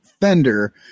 fender